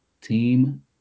Team